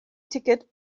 ticket